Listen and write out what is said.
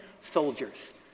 soldiers